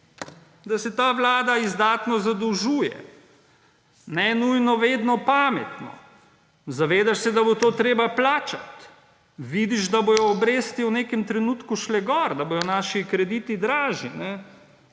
da se ta vlada izdatno zadolžuje, ne nujno vedno pametno. Zavedaš se, da bo to treba plačati. Vidiš, da bodo obresti v nekem trenutku šle gor, da bodo naši krediti dražji.